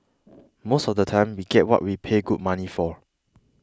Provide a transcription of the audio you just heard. most of the time we get what we pay good money for